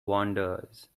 wanders